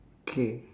K